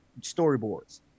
storyboards